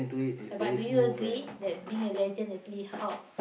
but do you agree that being a legend actually help